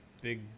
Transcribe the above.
big